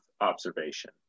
observation